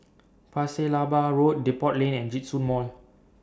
Pasir Laba Road Depot Lane and Djitsun Mall